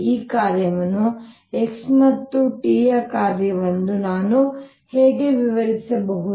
ಈ ಕಾರ್ಯವನ್ನು x ಮತ್ತು t ಯ ಕಾರ್ಯವೆಂದು ನಾನು ಹೇಗೆ ವಿವರಿಸಬಹುದು